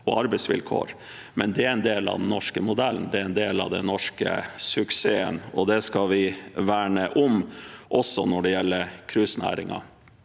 og arbeidsvilkår. Men det er en del av den norske modellen, det er en del av den norske suksessen, og det skal vi verne om også når det gjelder cruisenæringen.